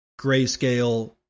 Grayscale